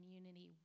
unity